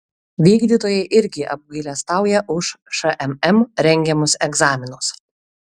vykdytojai irgi apgailestauja už šmm rengiamus egzaminus